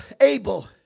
Abel